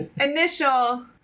initial